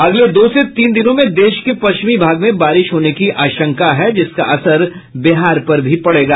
अगले दो से तीन दिनों में देश के पश्चिमी भाग में बारिश होने की आशंका है जिसका असर बिहार पर भी पड़ेगा